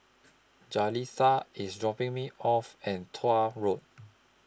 Jaleesa IS dropping Me off At Tuah Road